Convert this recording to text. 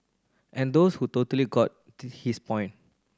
and those who totally got his point